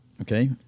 okay